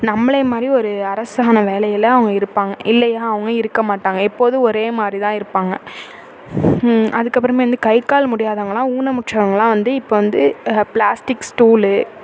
நம்மளை மாதிரி ஒரு அரசாங்க வேலையில் அவங்க இருப்பாங்க இல்லையா அவங்க இருக்க மாட்டாங்க எப்போதும் ஒரே மாதிரி தான் இருப்பாங்க அதுக்கப்புறமே வந்து கை கால் முடியாதவங்கள்லாம் ஊனமுற்றவங்கள்லாம் வந்து இப்போ வந்து ப்ளாஸ்டிக் ஸ்டூலு